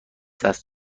دست